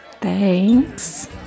Thanks